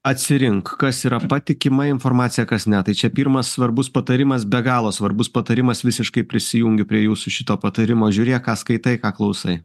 atsirink kas yra patikima informacija kas ne tai čia pirmas svarbus patarimas be galo svarbus patarimas visiškai prisijungiu prie jūsų šito patarimo žiūrėk ką skaitai ką klausai